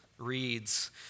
reads